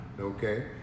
okay